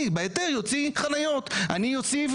אני בהיתר אוציא חניות אני אוסיף,